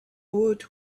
woot